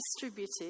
distributed